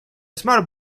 small